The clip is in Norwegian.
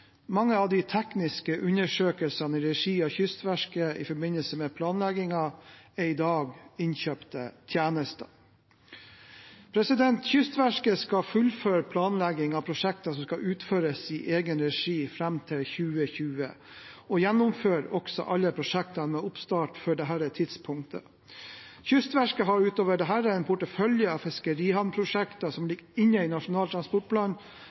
Mange av de tekniske undersøkelsene i regi av Kystverket i forbindelse med planleggingen er i dag innkjøpte tjenester. Kystverket skal fullføre planlegging av prosjekter som skal utføres i egen regi fram til 2020, og gjennomfører også alle prosjekter med oppstart før dette tidspunktet. Kystverket har utover dette en portefølje av fiskerihavnprosjekter som ligger inne i Nasjonal transportplan